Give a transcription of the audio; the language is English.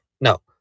No